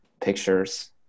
pictures